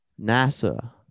NASA